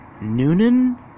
Noonan